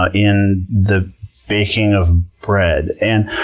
ah in the baking of bread. and